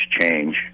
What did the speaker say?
change